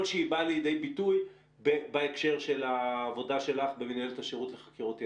שהיא באה לידי ביטוי בהקשר של העבודה שלך כמנהלת השירות לחקירות ילדים.